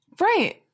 right